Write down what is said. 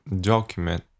document